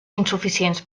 insuficients